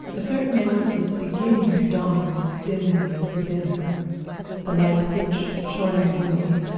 a certain light was beginning to dawn dimly within her the light which, showing the way,